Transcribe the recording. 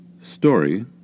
Story